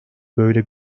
böyle